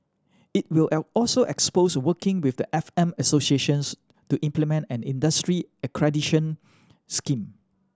it will L also explores working with the F M associations to implement an industry accreditation scheme